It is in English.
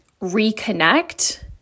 reconnect